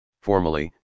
formally